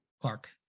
Clark